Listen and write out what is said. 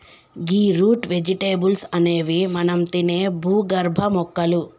గీ root vegetables అనేవి మనం తినే భూగర్భ మొక్కలు